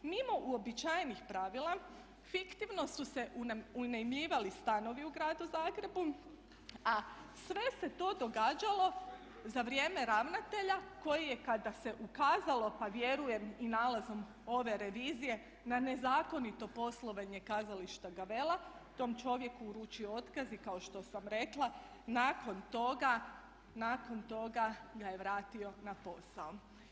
Mimo uobičajenih pravila fiktivno su se unajmljivali stanovi u gradu Zagrebu, a sve se to događalo za vrijeme ravnatelja koji je kada se ukazalo pa vjerujem i nalazom ove revizije na nezakonito poslovanje kazališta Gavella tom čovjeku uruči otkaz i kao što sam rekla nakon toga ga je vratio na posao.